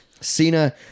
Cena